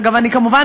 כמובן,